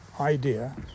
idea